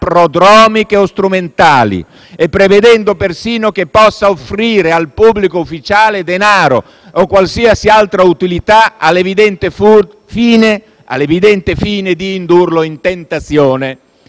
prodromiche o strumentali e persino che possa offrire al pubblico ufficiale denaro o qualsiasi altra utilità all'evidente fine di indurlo in tentazione.